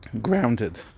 grounded